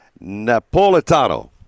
Napolitano